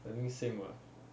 I think same [what]